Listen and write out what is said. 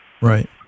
right